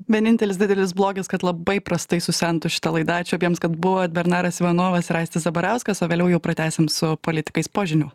vienintelis didelis blogis kad labai prastai susentų šita laida ačiū abiems kad buvot bernaras ivanovas ir aistis zabarauskas o vėliau jau pratęsim su politikais po žinių